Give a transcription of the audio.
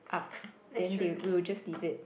up then they will just leave it